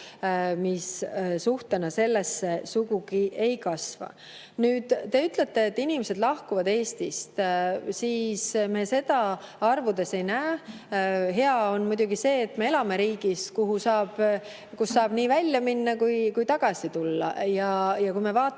suhtena sellesse sugugi ei kasva. Te ütlete, et inimesed lahkuvad Eestist. Arvudes me seda ei näe. Hea on muidugi see, et me elame riigis, kust saab nii välja minna kui ka siia tagasi tulla. Kui me vaatame